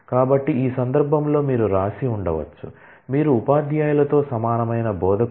కాబట్టి ఈ సందర్భంలో మీరు వ్రాసి ఉండవచ్చు మీరు ఉపాధ్యాయులతో సమానమైన బోధకుడు